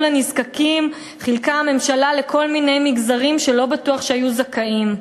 לנזקקים חילקה הממשלה לכל מיני מגזרים שלא בטוח שהיו זכאים.